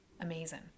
amazing